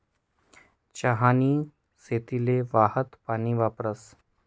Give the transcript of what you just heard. चहानी शेतीले वाहतं पानी वापरतस